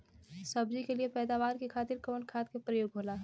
सब्जी के लिए पैदावार के खातिर कवन खाद के प्रयोग होला?